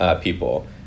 people